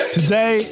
Today